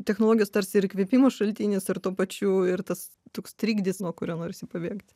technologijos tarsi ir įkvėpimo šaltinis ir tuo pačiu ir tas toks trigdis nuo kurio norisi pabėgti